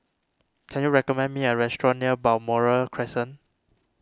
can you recommend me a restaurant near Balmoral Crescent